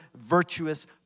virtuous